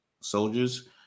soldiers